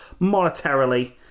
monetarily